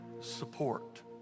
support